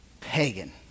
pagan